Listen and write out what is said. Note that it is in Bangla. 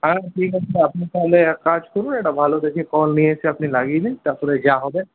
হ্যাঁ ঠিক আছে আপনি তাহলে এক কাজ করুন একটা ভালো দেখে কল নিয়ে এসে আপনি লাগিয়ে দিন তারপরে যা হবে